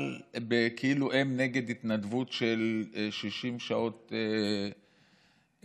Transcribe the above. כאילו הם נגד התנדבות של 60 שעות בשבוע.